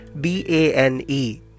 B-A-N-E